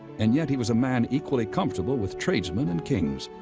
and yet he was a man equally comfortable with tradesmen and kings,